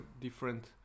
different